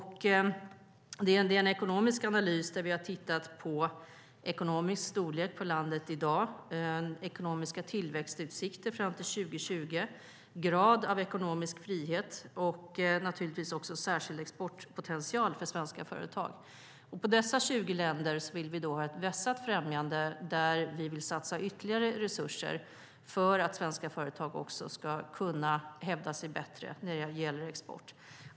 Det är en ekonomisk analys där vi har tittat på ekonomisk storlek på landet i dag, ekonomiska tillväxtutsikter fram till 2020, grad av ekonomisk frihet och naturligtvis särskild exportpotential för svenska företag. I dessa länder vill vi ha ett vässat främjande där vi vill satsa ytterligare resurser för att svenska företag ska kunna hävda sig bättre där när det gäller export.